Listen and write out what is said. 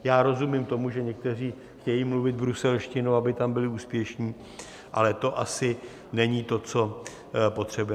Já rozumím tomu, že někteří chtějí mluvit bruselštinou, aby tam byli úspěšní, ale to asi není to, co potřebujeme.